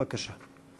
בבקשה.